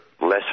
lesser